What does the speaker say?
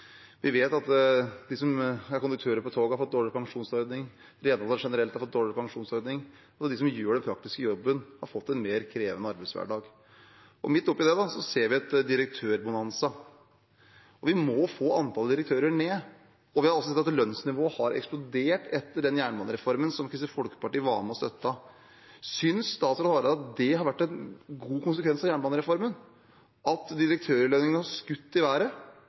Vi vet at de som er konduktører på toget, har fått dårligere pensjonsordning, at renholderne generelt har fått dårligere pensjonsordning, og at de som gjør den praktiske jobben, har fått en mer krevende arbeidshverdag. Midt oppe i dette ser vi en direktør-bonanza. Vi må få antallet direktører ned. Vi har også sett at lønnsnivået har eksplodert etter den jernbanereformen som Kristelig Folkeparti var med og støttet. Synes statsråd Hareide det har vært en god konsekvens av jernbanereformen at direktørlønningene har skutt i været,